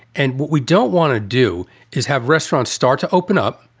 and we don't want to do is have restaurants start to open up.